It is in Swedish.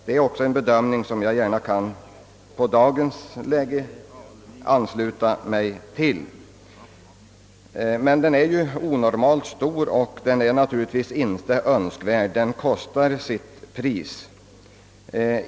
Det är en bedömning som jag i dagens läge kan ansluta mig till. Men denna s.k. överlappningskvot är ju onormal. Vi får betala dess pris i högre byggnadskostnader.